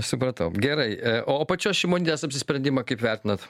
supratau gerai e o pačios šimonytės apsisprendimą kaip vertinat